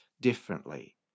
differently